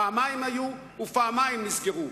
פעמיים היו ופעמיים נסגרו.